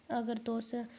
अगर तुस